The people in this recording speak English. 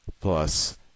plus